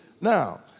now